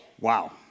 Wow